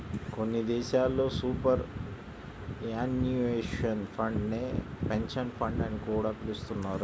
కొన్ని దేశాల్లో superannuation fund నే పెన్షన్ ఫండ్ అని కూడా పిలుస్తున్నారు